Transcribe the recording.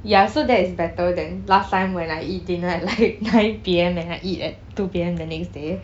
ya so that is better than last time when I eat dinner at like nine P_M and I eat at two P_M the next day